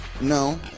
No